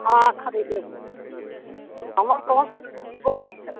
हाँ ख़रीदेगें हम को कोई